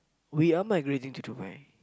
we are migrating to Dubai